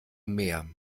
mehr